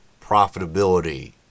profitability